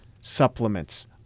supplements